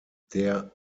der